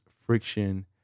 friction